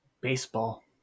Baseball